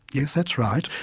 yes. that's right.